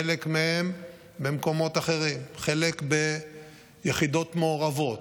חלק מהן במקומות אחרים, חלק ביחידות מעורבות,